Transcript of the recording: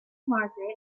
margaret